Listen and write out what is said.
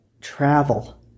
travel